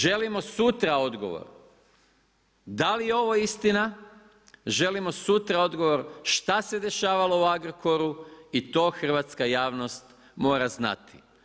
Želimo sutra odgovor da li je ovo istina, želimo sutra odgovor šta se dešavalo u Agrokoru i to hrvatska javnost mora znati.